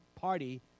party